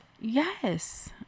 Yes